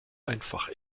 einfach